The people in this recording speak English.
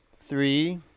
Three